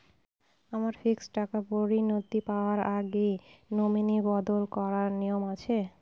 আমার ফিক্সড টাকা পরিনতি পাওয়ার আগে নমিনি বদল করার নিয়ম আছে?